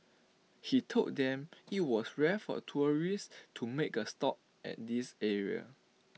he told them that IT was rare for tourists to make A stop at this area